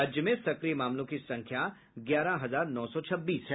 राज्य में सक्रिय मामलों की संख्या ग्यारह हजार नौ सौ छब्बीस है